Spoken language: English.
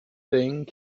thing